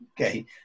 Okay